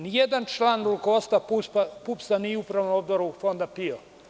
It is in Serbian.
Nijedan član rukovodstva PUPS-a nije u Upravnom odboru Fonda PIO.